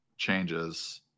changes